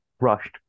rushed